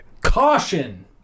CAUTION